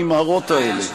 הנמהרות האלה.